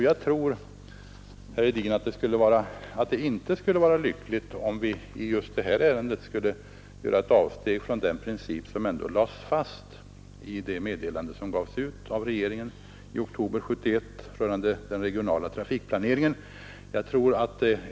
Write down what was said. Jag tror, herr Hedin, att det inte skulle vara lyckligt om vi i just detta ärende skulle göra ett avsteg från den princip som ändå lades fast i det meddelande som gavs ut av regeringen i oktober 1971 rörande den regionala trafikplaneringen.